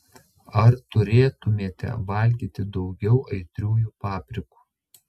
ar turėtumėte valgyti daugiau aitriųjų paprikų